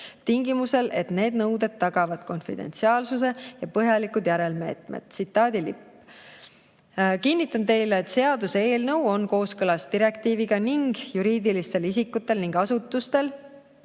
tingimusel et need nõuded tagavad konfidentsiaalsuse ja põhjalikud järelmeetmed." Tsitaadi lõpp. Kinnitan teile, et seaduseelnõu on kooskõlas direktiiviga ning juriidilistel isikutel ja asutustel,